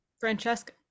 Francesca